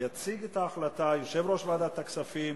יציג את ההחלטה יושב-ראש ועדת הכספים